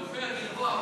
את נופי הגלבוע בנגב,